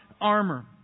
armor